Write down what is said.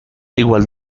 igual